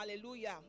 Hallelujah